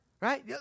right